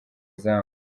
izamu